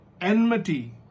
enmity